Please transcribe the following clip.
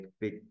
big